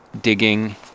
digging